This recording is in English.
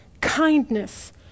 kindness